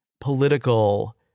political